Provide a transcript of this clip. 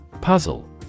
Puzzle